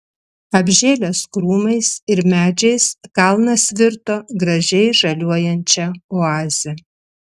apžėlęs krūmais ir medžiais kalnas virto gražiai žaliuojančia oaze